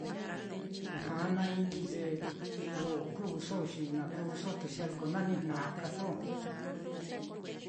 Kujana-ini ye lo ku'uso, xi na kūūso te ñaliko nanijna'a ka so.